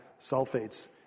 sulfates